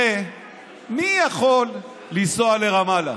הרי מי יכול לנסוע לרמאללה,